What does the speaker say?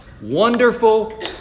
Wonderful